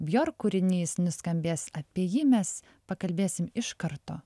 bjork kūrinys nuskambės apie jį mes pakalbėsim iš karto